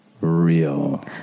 real